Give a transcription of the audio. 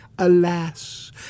Alas